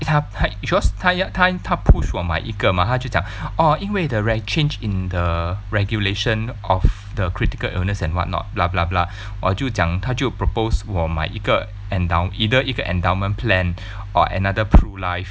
他他 because 他要他他 push 我买一个吗他就讲 oh 因为 the re~ change in the regulation of the critical illness and what not blah blah blah or 就讲他就 propose 我买一个 endow~ either 一个 endowment plan or another Pru Life